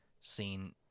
seen